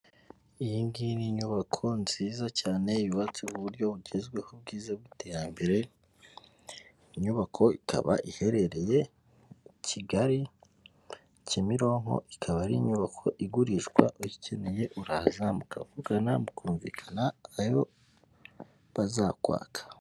Iyi ngiyi ni inyubako nziza cyane yubatse buryo bugezweho bwiza bw'iterambere, inyubako ikaba iherereye Kigali Kimironko, ikaba ari inyubako igurishwa uyikeneye uraza mukavugana mukumvikana ayo bazakwaka.